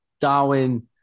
Darwin